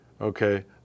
okay